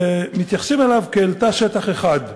ומתייחסים אליו כאל תא שטח אחד.